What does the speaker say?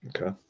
Okay